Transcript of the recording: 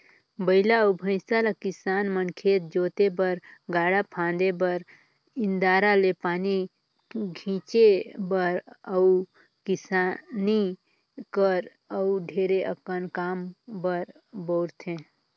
बइला अउ भंइसा ल किसान मन खेत जोते बर, गाड़ा फांदे बर, इन्दारा ले पानी घींचे बर अउ किसानी कर अउ ढेरे अकन काम बर बउरथे